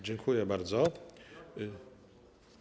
Dziękuję bardzo.